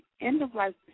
end-of-life